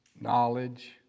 knowledge